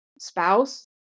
spouse